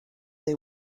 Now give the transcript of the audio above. they